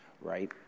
Right